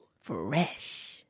Fresh